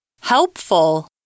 Helpful